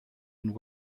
and